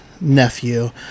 nephew